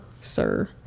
sir